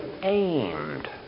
aimed